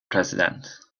president